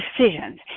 decisions